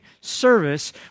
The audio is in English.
service